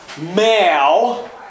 mal